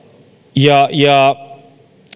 ja ja